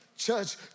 church